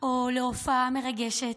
או להופעה מרגשת.